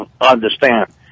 understand